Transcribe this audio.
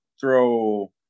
throw